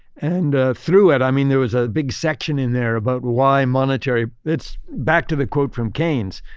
and ah through it, i mean, there was a big section in there about why monetary. it's back to the quote from keynes,